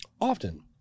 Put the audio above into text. often